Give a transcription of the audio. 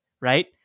right